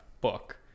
book